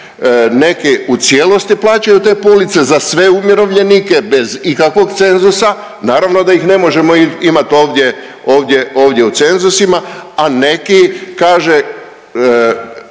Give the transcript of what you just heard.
Neke u cijelosti plaćaju te police, za sve umirovljenike, bez ikakvog cenzusa, naravno da ih ne možemo imati ovdje u cenzusima, a neki kaže,